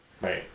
Right